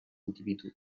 individus